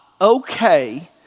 okay